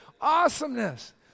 awesomeness